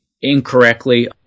incorrectly